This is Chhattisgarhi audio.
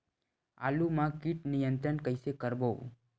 आलू मा कीट नियंत्रण कइसे करबो?